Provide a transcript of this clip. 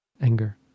Anger